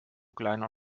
kleiner